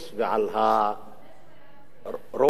ועל הרוח,